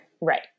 Right